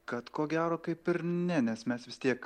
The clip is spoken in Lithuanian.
kad ko gero kaip ir ne nes mes vis tiek